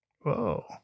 Whoa